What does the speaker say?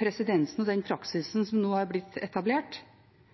presedensen og den praksisen som har blitt etablert.